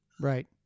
Right